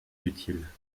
utile